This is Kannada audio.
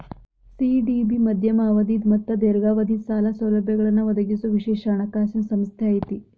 ಸಿ.ಡಿ.ಬಿ ಮಧ್ಯಮ ಅವಧಿದ್ ಮತ್ತ ದೇರ್ಘಾವಧಿದ್ ಸಾಲ ಸೌಲಭ್ಯಗಳನ್ನ ಒದಗಿಸೊ ವಿಶೇಷ ಹಣಕಾಸಿನ್ ಸಂಸ್ಥೆ ಐತಿ